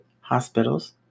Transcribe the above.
hospitals